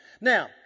Now